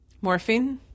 Morphine